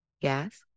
Yes